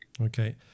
okay